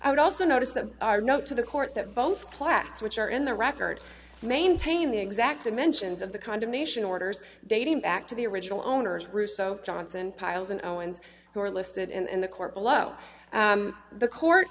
i would also notice that are not to the court that both plats which are in the record maintain the exact dimensions of the condemnation orders dating back to the original owners russo johnson piles and owens who are listed in the court below the court